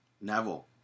neville